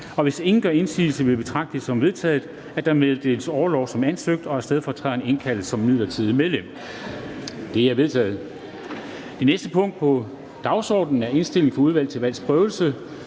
4. Hvis ingen gør indsigelse, vil jeg betragte det som vedtaget, at der meddeles orlov som ansøgt, og at stedfortræderen indkaldes som midlertidigt medlem. Det er vedtaget. --- Det næste punkt på dagsordenen er: 2) Indstilling fra Udvalget til Valgs Prøvelse: